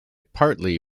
partly